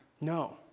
No